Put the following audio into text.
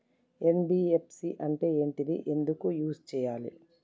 NBFC అంటే ఏంటిది ఎందుకు యూజ్ చేయాలి?